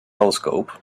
telescope